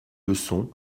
leçons